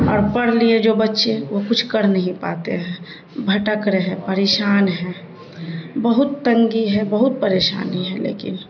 اور پڑھ لیے جو بچے وہ کچھ کر نہیں پاتے ہیں بھٹک رہے ہیں پریشان ہں بہت تنگی ہے بہت پریشانی ہے لیکن